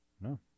No